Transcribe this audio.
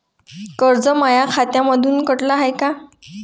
कर्ज माया खात्यामंधून कटलं हाय का?